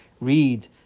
read